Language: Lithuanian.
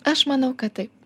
aš manau kad taip